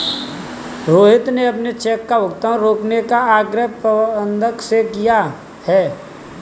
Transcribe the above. रोहित ने अपने चेक का भुगतान रोकने का आग्रह प्रबंधक से किया है